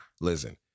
Listen